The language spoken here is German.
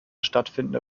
stattfindende